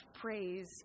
praise